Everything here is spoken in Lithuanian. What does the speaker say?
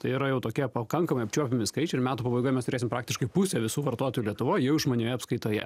tai yra jau tokie pakankamai apčiuopiami skaičių ir metų pabaigoj mes turėsim praktiškai pusę visų vartotų lietuvoj jau išmanioje apskaitoje